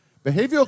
Behavioral